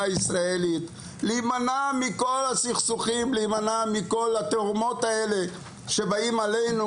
הישראלית; להימנע מכל הסכסוכים והתהומות האלה שבאים עלינו,